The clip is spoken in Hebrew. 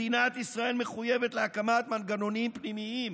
מדינת ישראל מחויבת להקמת מנגנוניים פנימיים